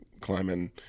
climbing